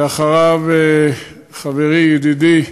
ואחריו חברי, ידידי,